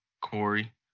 Corey